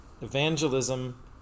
evangelism